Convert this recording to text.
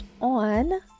on